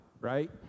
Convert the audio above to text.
right